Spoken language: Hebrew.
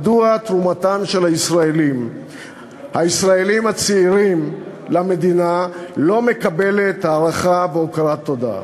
מדוע תרומתם של הישראלים הצעירים למדינה לא מקבלת הערכה והכרת תודה?